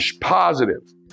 positive